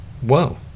Whoa